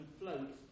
float